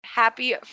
Happy